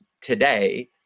today